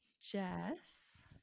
Jess